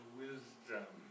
wisdom